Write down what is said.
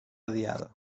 diada